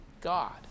God